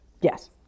Yes